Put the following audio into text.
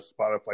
Spotify